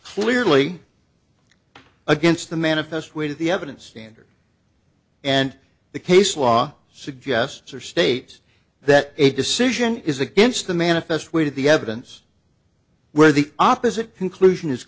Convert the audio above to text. clearly against the manifest weight of the evidence standard and the case law suggests or states that a decision is against the manifest weight of the evidence where the opposite conclusion is